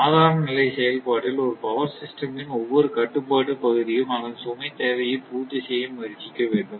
சாதாரண நிலை செயல்பாட்டில் ஒரு பவர் சிஸ்டம் ன் ஒவ்வொரு கட்டுப்பாட்டு பகுதியும் அதன் சுமை தேவையை பூர்த்தி செய்ய முயற்சிக்க வேண்டும்